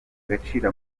agaciro